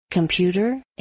Computer